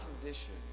condition